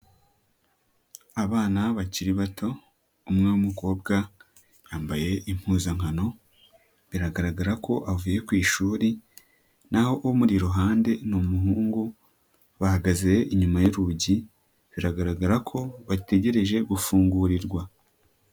Abana bakiri bato umwe w'umukobwa yambaye impuzankano biragaragara ko avuye ku ishuri na ho amuri iruhande ni umuhungu, bahagaze inyuma y'urugi biragaragara ko bategereje gufungurirwa.